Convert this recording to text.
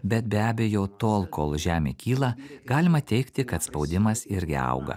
bet be abejo tol kol žemė kyla galima teigti kad spaudimas irgi auga